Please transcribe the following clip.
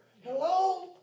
Hello